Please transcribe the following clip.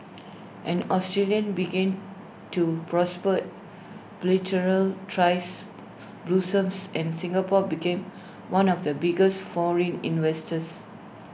an Australia began to prosper bilateral tries blossomed and Singapore became one of the biggest foreign investors